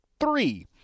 three